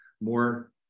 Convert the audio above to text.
more